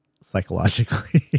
psychologically